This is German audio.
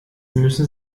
müssen